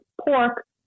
pork